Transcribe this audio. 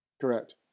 Correct